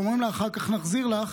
ואומרים לה: אחר כך נחזיר לך,